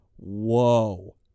whoa